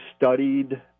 studied